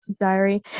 diary